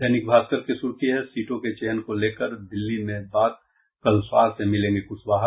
दैनिक भास्कर की सुर्खी है सीटों के चयन को लेकर दिल्ली में बात कल शाह से मिलेंगे कुशवाहा